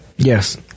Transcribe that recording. Yes